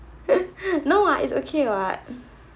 no what it's okay what